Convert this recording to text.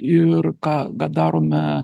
ir ką ką darome